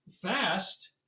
fast